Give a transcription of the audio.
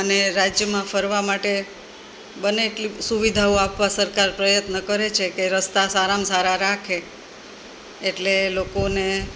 અને રાજ્યમાં ફરવાં માટે બને એટલી સુવિધાઓ આપવાં સરકાર પ્રયત્ન કરે છે કે રસ્તા સારામાં સારા રાખે એટલે લોકોને